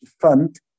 Fund